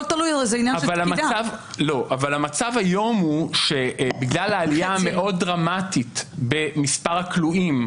המצב היום הוא שבגלל העלייה המאוד דרמטית במספר הכלואים,